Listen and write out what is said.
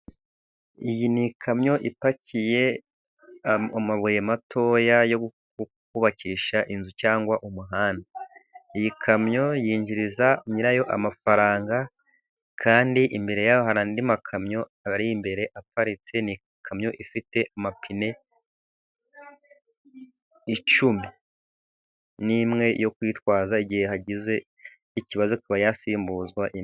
Iyi ni ikamyo ipakiye amabuye matoya yo kubakisha inzu cyangwa umuhanda. Iyi kamyo yinjiriza nyirayo amafaranga, kandi imbere yaho hari andi makamyo aba ari imbere aparitse. Ni ikamyo ifite amapine icumi, n'imwe yo kwitwaza igihe hagize ikibazo akaba yasimbuzwa indi.